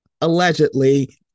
allegedly